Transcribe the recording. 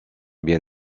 bien